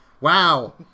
Wow